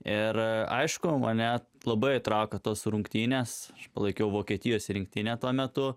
ir aišku mane labai traukia tos rungtynės palaikiau vokietijos rinktinę tuo metu